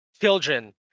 children